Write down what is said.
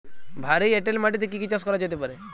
ভারী এঁটেল মাটিতে কি কি চাষ করা যেতে পারে?